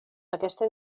aquesta